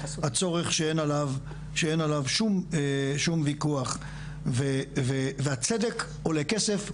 הצורך שאין עליו שום וויכוח והצדק עולה כסף,